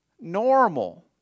normal